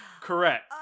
Correct